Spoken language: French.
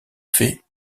fait